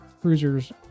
cruisers